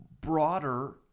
broader